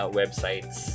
websites